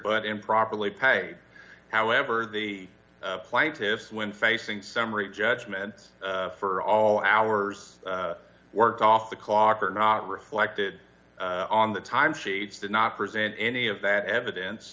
but improperly pay however the plaintiffs when facing summary judgment for all hours work off the clock are not reflected on the time sheets did not present any of that evidence